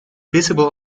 visible